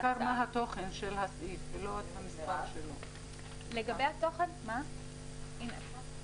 אשמח לקבל הסבר לגבי התוכן של הסעיף.